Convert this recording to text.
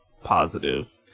positive